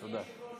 תודה.